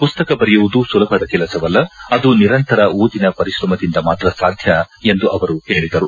ಪುಸ್ತಕ ಬರೆಯುವುದು ಸುಲಭದ ಕೆಲಸವಲ್ಲ ಅದು ನಿರಂತರ ಓದಿನ ಪರಿಶ್ರಮದಿಂದ ಮಾತ್ರ ಸಾಧ್ಯ ಎಂದು ಅವರು ಹೇಳಿದರು